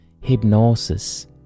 Hypnosis